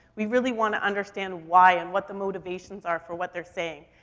we really wanna understand why and what the motivations are for what they're saying.